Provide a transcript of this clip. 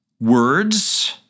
words